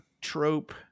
Trope